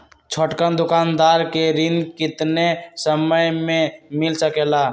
छोटकन दुकानदार के ऋण कितने समय मे मिल सकेला?